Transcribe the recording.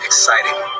exciting